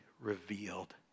revealed